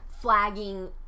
flagging